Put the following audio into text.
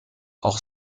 auch